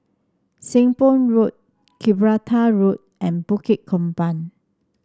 Seng Poh Road Gibraltar Road and Bukit Gombak